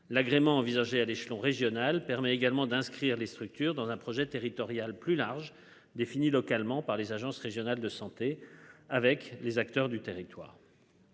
l'agrément envisagée à l'échelon régional permet également d'inscrire les structures dans un projet territorial plus large définis localement par les agences régionales de santé avec les acteurs du territoire.